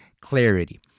clarity